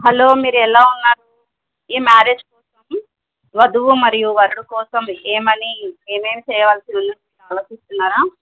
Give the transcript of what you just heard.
hello మీరు ఎలా ఉన్నారు ఈ మ్యారేజ్ కోసం వధువు మరియు వరుడు కోసం ఏమని ఏమేమి చేయవలసి ఉందని మీరు ఆలోచిస్తున్నారా